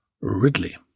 Ridley